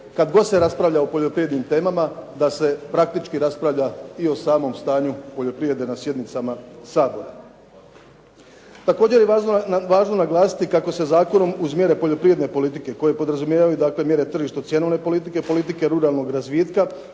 god se raspravlja o poljoprivrednim temama da se praktički raspravlja i o samom stanju poljoprivrede na sjednicama Sabora. Također je važno naglasiti kako se zakonom uz mjere poljoprivredne politike koje podrazumijevaju dakle mjere tržišno-cjenovne politike, politike ruralnog razvitka